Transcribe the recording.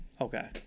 Okay